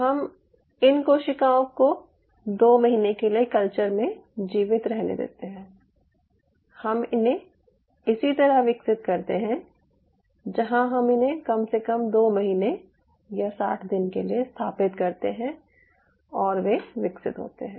हम इन कोशिकाओं को 2 महीने के लिए कल्चर में जीवित रहने देते हैं हम इन्हे इसी तरह विकसित करते हैं जहाँ हम इन्हें कम से कम 2 महीने या 60 दिन के लिए स्थापित करते हैं और वे विकसित होते हैं